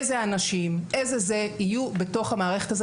איזה אנשים וכולי יהיו בתוך המערכת הזאת